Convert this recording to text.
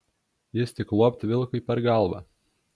jis tik luopt vilkui per galvą